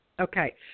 Okay